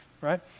right